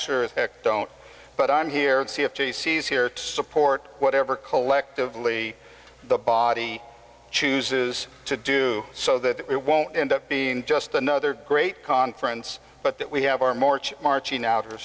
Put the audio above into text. as heck don't but i'm here to see if she sees here to support whatever collectively the body chooses to do so that it won't end up being just another great conference but that we have our march marching out